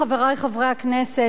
חברי חברי הכנסת,